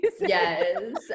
yes